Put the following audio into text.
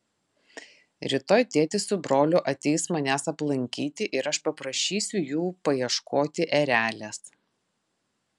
rytoj tėtis su broliu ateis manęs aplankyti ir aš paprašysiu jų paieškoti erelės